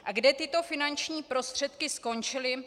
A kde tyto finanční prostředky skončily?